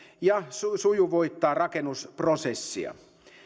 ja sujuvoittaa rakennusprosessia